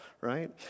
right